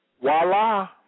Voila